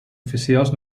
oficials